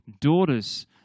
daughters